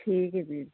ਠੀਕ ਹੈ ਵੀਰ ਜੀ